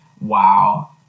Wow